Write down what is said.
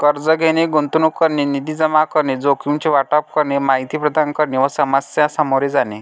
कर्ज घेणे, गुंतवणूक करणे, निधी जमा करणे, जोखमीचे वाटप करणे, माहिती प्रदान करणे व समस्या सामोरे जाणे